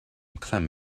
clem